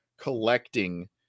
collecting